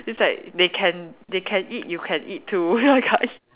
it's like they can they can eat you can eat too that kind